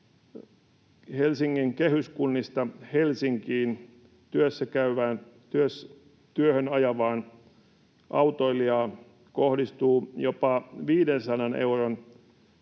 Helsingin kehyskunnista Helsinkiin työhön ajavaan autoilijaan kohdistuu jopa 500 euron